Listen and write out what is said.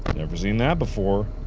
never seen that before.